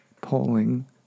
polling